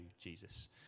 Jesus